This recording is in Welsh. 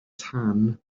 tan